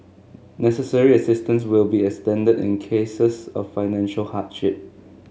necessary assistance will be extended in cases of financial hardship